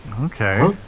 okay